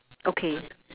okay